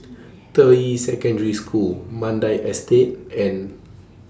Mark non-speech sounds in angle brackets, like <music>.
<noise> Deyi Secondary School Mandai Estate and